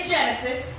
Genesis